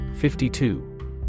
52